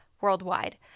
worldwide